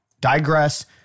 digress